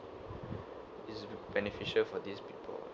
is beneficial for these people